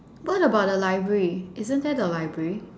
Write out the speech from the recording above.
what about the library isn't there the library